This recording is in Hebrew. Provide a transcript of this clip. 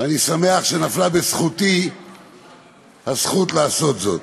ואני שמח שנפלה בזכותי הזכות לעשות זאת.